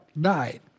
died